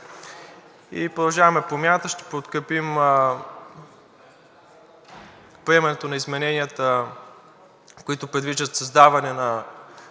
„Продължаваме Промяната“ ще подкрепим приемането на измененията, които предвиждат създаване на